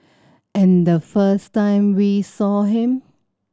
and the first time we saw him